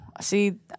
see